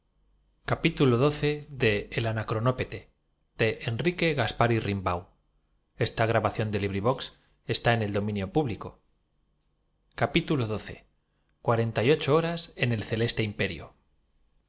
con alientos cuarenta y ocho horas en el celeste imperio